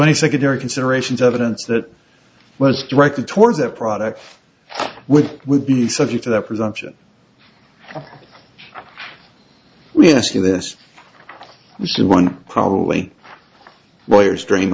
so any secondary considerations evidence that was directed towards that product would would be subject to that presumption we ask you this is the one probably lawyers dream